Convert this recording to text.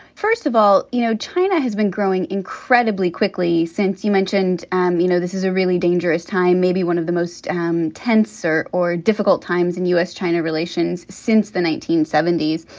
first of all, you know, china has been growing incredibly quickly since you mentioned, and you know, this is a really dangerous time, maybe one of the most um tenser or difficult times in u s. china relations since the nineteen seventy s.